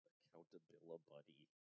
Accountability